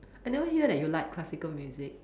I never hear that you like classical music